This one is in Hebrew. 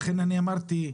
לכן אמרתי,